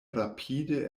rapide